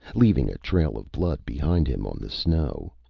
leaving a trail of blood behind him on the snow.